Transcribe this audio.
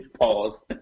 Pause